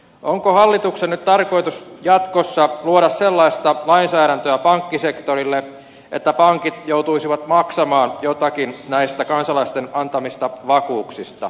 onko hallituksen nyt tarkoitus jatkossa luoda sellaista lainsäädäntöä pankkisektorille että pankit joutuisivat maksamaan jotakin näistä kansalaisten antamista vakuuksista